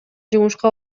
жумушка